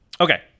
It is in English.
okay